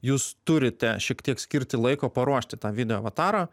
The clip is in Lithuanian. jūs turite šiek tiek skirti laiko paruošti tą video avatarą